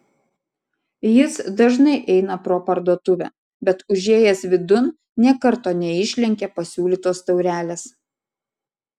jis dažnai eina pro parduotuvę bet užėjęs vidun nė karto neišlenkė pasiūlytos taurelės